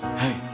hey